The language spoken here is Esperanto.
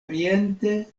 oriente